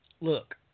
look